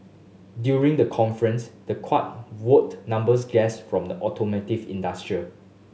during the conference the kart wowed numbers guest from the automotive industrial